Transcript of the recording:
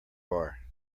bar